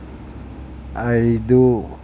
ఐదూ